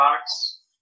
box